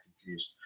confused